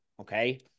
okay